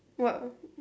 what